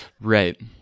Right